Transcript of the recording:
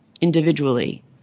individually